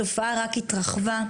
התופעה רק התרחבה.